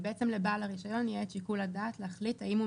שלבעל הרישיון יהיה את שיקול הדעת להחליט האם הוא